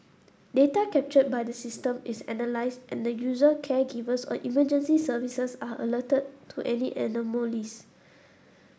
data captured by the system is analysed and the user caregivers or emergency services are alerted to any anomalies